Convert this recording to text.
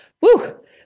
Woo